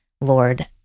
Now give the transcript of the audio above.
Lord